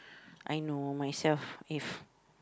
I know myself if